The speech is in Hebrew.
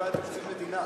לא היה תקציב מדינה.